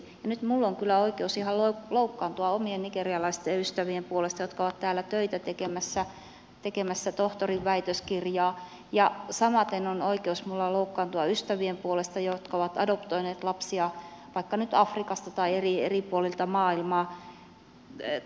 nyt minulla on kyllä oikeus ihan loukkaantua omien nigerialaisten ystävieni puolesta jotka ovat täällä töitä tekemässä tekemässä tohtorinväitöskirjaa ja samaten minulla on oikeus loukkaantua ystävien puolesta jotka ovat adoptoineet lapsia vaikka nyt afrikasta tai eri puolilta maailmaa